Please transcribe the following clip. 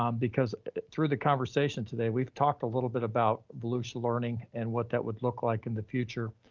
um because through the conversation today, we've talked a little bit about volusia learning and what that would look like in the future.